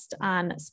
on